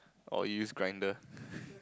or use Grindr